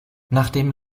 nachdem